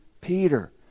Peter